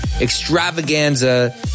extravaganza